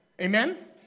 Amen